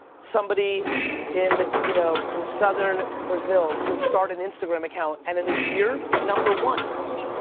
somebody in, you know, in southern brazil, can start an instagram account, and in a year be number one oh yeah sure.